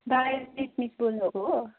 बोल्नु भएको हो